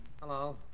Hello